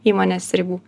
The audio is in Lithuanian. įmonės ribų